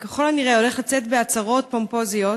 וככל הנראה הולך לצאת בהצהרות פומפוזיות,